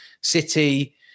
City